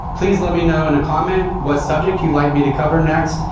please let me know in the comment what subject you like me to cover next.